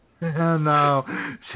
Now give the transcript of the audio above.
no